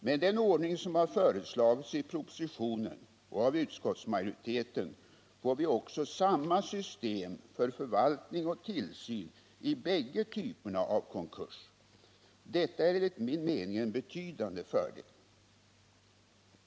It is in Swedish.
Med den ordning som har föreslagits i propositionen och av utskottsmajoriteten får vi också samma system för förvaltning och tillsyn i bägge typerna av konkurser. Detta är enligt min mening en betydande fördel.